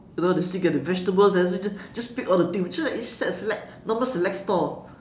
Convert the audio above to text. you know you still get the vegetables doesn't just just pick all the thing which one like it's like select normal select store